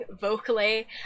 vocally